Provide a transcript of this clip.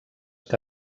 que